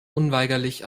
unweigerlich